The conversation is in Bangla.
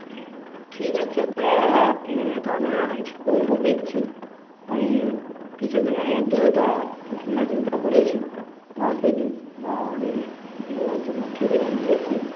হুম ঠিক আছে তা তাহলে অ্যারেঞ্জ করবো দেখছি আমি কিছুদিনের মধ্যে ওটা ভাবনাচিন্তা করেছি মারসিডিস বা অডি নেওয়ার জন্য ঠিক আছে আমি দেখছি